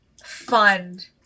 fund